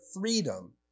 freedom